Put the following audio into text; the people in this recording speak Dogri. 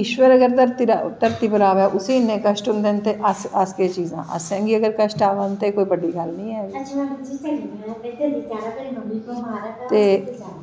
ईश्वर अगर धरती पर अवै ते उसी इन्नें कश्ट होंदे न ते अस केह् चीज़ां न असेंगी कश्ट औन ते कोई बड्डी गल्ल नी ऐ ते